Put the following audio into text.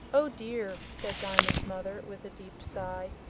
oh dear! said diamond's mother, with a deep sigh,